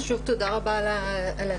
שוב תודה רבה על הדיון.